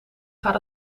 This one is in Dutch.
gaat